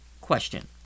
Question